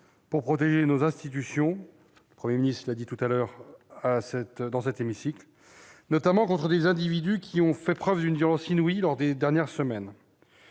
pour protéger nos institutions- le Premier ministre l'a dit tout à l'heure dans cet hémicycle -, notamment contre des individus qui ont fait preuve d'une violence inouïe lors des dernières semaines.